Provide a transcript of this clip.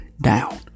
down